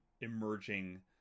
emerging